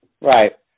Right